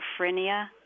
schizophrenia